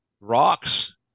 rocks